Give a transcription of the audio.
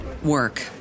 work